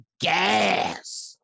gas